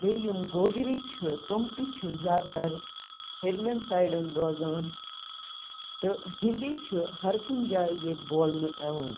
بیٚیہِ یِم گوجری چھِ تِم تہِ چھِ زیادٕ تَر ہیٚرمٮ۪ن سایڑَن روزان تہٕ ہِندی چھِ ہَر کُنہِ جایہِ ییتہِ بولنہٕ یِوان